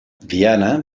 viana